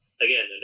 Again